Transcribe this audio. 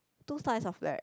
two slice of bread